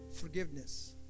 forgiveness